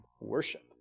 worship